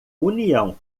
união